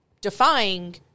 defying